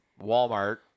Walmart